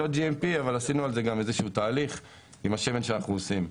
עשינו על זה איזשהו תהליך עם השמן שאנחנו עושים.